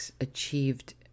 achieved